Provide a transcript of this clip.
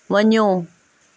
वञो